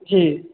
जी